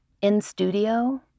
In-studio